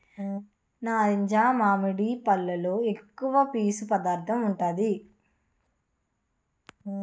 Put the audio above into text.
మామిడి, నారింజ పల్లులో ఎక్కువ పీసు పదార్థం ఉంటాది